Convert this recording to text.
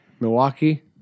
Milwaukee